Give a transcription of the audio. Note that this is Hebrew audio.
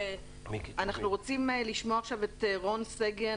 אנחנו רוצים לשמוע עכשיו את רון שגן,